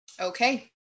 Okay